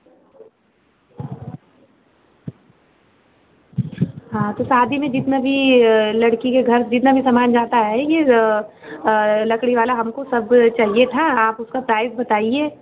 हाँ तो शादी में जितना भी लड़की के घर जितना भी सामान जाता है ये लकड़ी वाला हमको सब चाहिए था आप उसका प्राइस बताइए